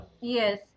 yes